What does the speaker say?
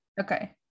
okay